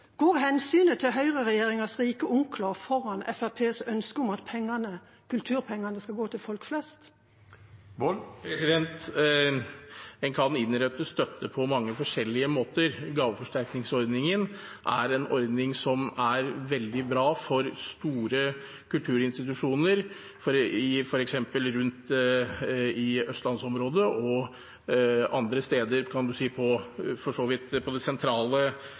Går hensynet til høyreregjeringens rike onkler foran Fremskrittspartiets ønske om at kulturpengene skal gå til folk flest? En kan innrette støtte på mange forskjellige måter. Gaveforsterkningsordningen er en ordning som er veldig bra for store kulturinstitusjoner, f.eks. i Østlandsområdet og andre sentrale områder. Det treffer også folk flest, for mange av disse institusjonene har veldig store besøkstall, og det